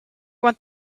want